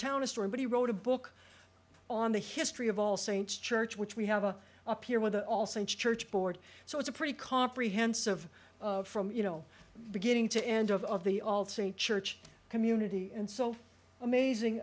town a story but he wrote a book on the history of all saints church which we have a up here with the all saints church board so it's a pretty comprehensive from you know beginning to end of the church community and so amazing